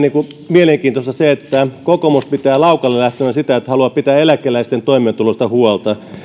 mielenkiintoista se että kokoomus pitää laukalle lähtönä sitä että haluaa pitää eläkeläisten toimeentulosta huolta